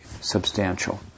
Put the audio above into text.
substantial